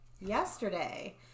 yesterday